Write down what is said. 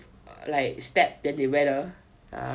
like spec then they wear de